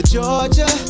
Georgia